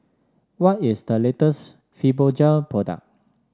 what is the latest Fibogel product